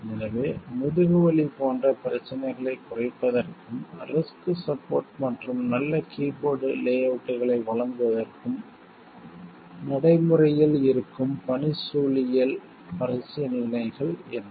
எனவே முதுகுவலி போன்ற பிரச்சனைகளைக் குறைப்பதற்கும் ரிஸ்க் சப்போர்ட் மற்றும் நல்ல கீ போர்ட் லே அவுட்களை வழங்குவதற்கும் நடைமுறையில் இருக்கும் பணிச்சூழலியல் பரிசீலனைகள் என்ன